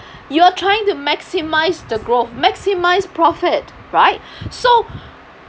you are trying to maximize the growth maximize profit right so